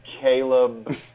Caleb